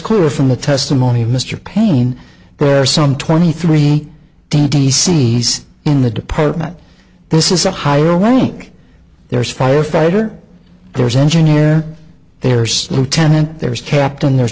clear from the testimony of mr payne there are some twenty three d c s in the department this is a higher one week there's firefighter there's engineer there's lieutenant there's captain there's